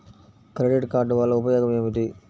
Credit card వల్ల ఉపయోగం ఏమిటీ?